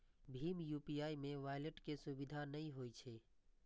भीम UPI मे wallet के सुविधा नै होइ छै